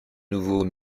nouveau